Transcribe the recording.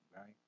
right